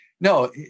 No